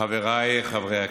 חבריי חברי הכנסת,